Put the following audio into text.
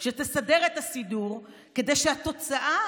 שתסדר את הסידור, כדי שהתוצאה